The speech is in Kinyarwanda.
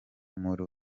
muri